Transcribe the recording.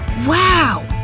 wow!